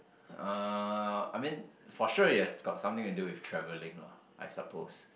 uh I mean for sure yes got something to do with travelling lah I suppose